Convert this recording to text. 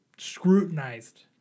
scrutinized